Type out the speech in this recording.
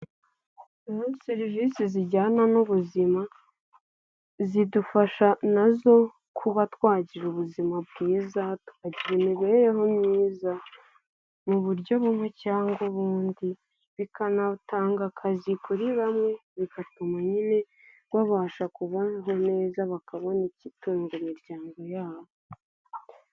Umunsi serivisi zijyana n'ubuzima zidufasha nazo kuba twagira ubuzima bwiza, tukagira imibereho myiza mu buryo bumwe cyangwa ubundi, bikanatanga akazi kuri bamwe bigatuma nyine babasha kubaho neza bakabona igitunga imiryango yabo.